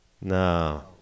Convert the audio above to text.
No